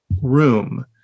room